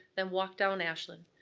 then walk down ashland.